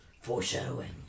Foreshadowing